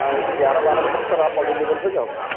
گیارہ بارہ بجے تک سر آپ اویلیبل ہو جاؤ گے